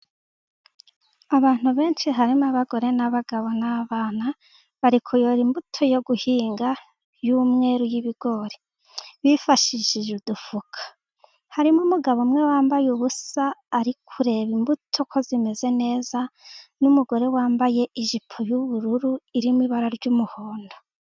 Abantu benshi harimo abagore n'abagabo n'abana, bari kuyora imbuto yo guhinga y'umweru y'ibigori bifashishije udufuka, harimo umugabo umwe wambaye ubusa, ari kureba imbuto ko zimeze neza, n'umugore wambaye ijipo y'ubururu irimo ibara ry'umuhondo.